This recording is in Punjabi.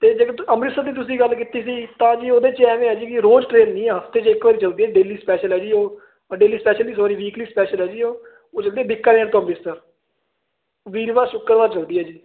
ਅਤੇ ਜੇਕਰ ਅੰਮ੍ਰਿਤਸਰ ਦੀ ਤੁਸੀਂ ਗੱਲ ਕੀਤੀ ਸੀ ਤਾਂ ਜੀ ਉਹਦੇ 'ਚ ਐਵੇਂ ਆ ਜੀ ਰੋਜ਼ ਟ੍ਰੇਨ ਨਹੀਂ ਹਫ਼ਤੇ 'ਚ ਇੱਕ ਵਾਰ ਚੱਲਦੀ ਡੇਲੀ ਸਪੈਸ਼ਲ ਹੈ ਜੀ ਉਹ ਡੇਲੀ ਸਪੈਸ਼ਲ ਨਹੀਂ ਸੌਰੀ ਵੀਕਲੀ ਸਪੈਸ਼ਲ ਹੈ ਜੀ ਉਹ ਚੱਲਦੀ ਬੀਕਾਨੇਰ ਤੋਂ ਅੰਮ੍ਰਿਤਸਰ ਵੀਰਵਾਰ ਸ਼ੁੱਕਰਵਾਰ ਚਲਦੀ ਹੈ ਜੀ